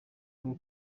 rwo